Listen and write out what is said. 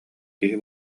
киһи